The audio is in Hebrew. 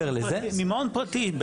ממעון פרטי.